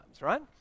right